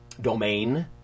domain